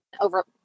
over